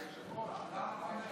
היושב-ראש, למה חמש דקות?